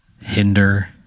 Hinder